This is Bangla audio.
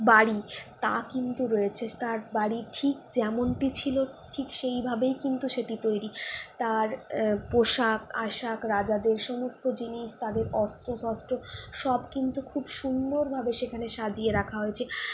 বাড়ি তা কিন্তু রয়েছে তার বাড়ি ঠিক যেমনটি ছিল ঠিক সেইভাবেই কিন্তু সেটা তৈরি তার পোশাক আশাক রাজাদের যেসমস্ত জিনিস তাদের অস্ত্র শস্ত্র সব কিন্তু খুব সুন্দরভাবে সেখানে সাজিয়ে রাখা হয়েছে